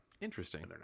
Interesting